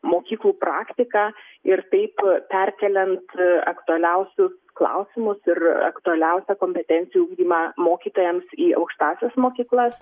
mokyklų praktiką ir taip perkeliant aktualiausius klausimus ir aktualiausią kompetencijų ugdymą mokytojams į aukštąsias mokyklas